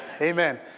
Amen